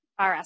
RS